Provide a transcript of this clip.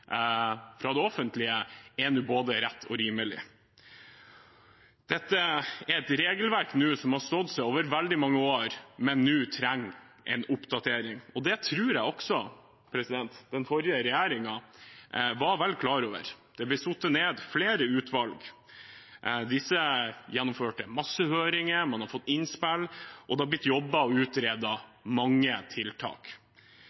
fra det offentlige, er både rett og rimelig. Regelverket på dette området har stått seg over veldig mange år, men trenger nå en oppdatering. Det tror jeg også at den forrige regjeringen var vel klar over. Det ble satt ned flere utvalg. De gjennomførte mange høringer, man fikk innspill, og det har blitt jobbet med og